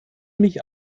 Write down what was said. mich